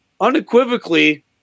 unequivocally